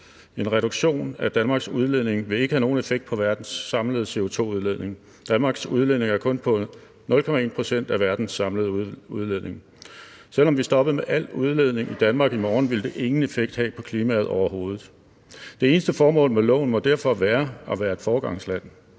En reduktion af Danmarks udledning vil ikke have nogen effekt på verdens samlede CO₂-udledning. Danmarks udledning er kun på 0,1 pct. af verdens samlede udledning. Selv om vi stoppede med al udledning i Danmark i morgen, ville det ingen effekt have på klimaet overhovedet. Det eneste formål med loven må derfor være at være et foregangsland.